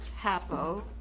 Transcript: hapo